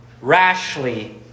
rashly